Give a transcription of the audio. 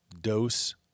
dose